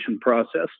process